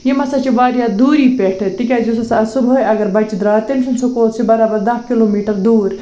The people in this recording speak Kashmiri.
یِم ہسا چھِ واریاہ دوٗرِ پٮ۪ٹھٕ تِکیٛازِ یُس ہسا اَ صُبحٲے اگر بچہٕ درٛاو تٔمۍ سُنٛد سُکوٗل حظ چھِ برابر داہ کِلوٗ میٖٹَر دوٗر